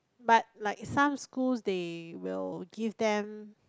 but like some schools they will give them